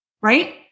right